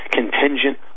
contingent